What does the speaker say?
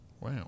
Wow